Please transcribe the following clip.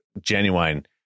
genuine